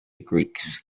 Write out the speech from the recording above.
greeks